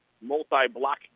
multi-block